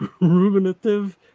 ruminative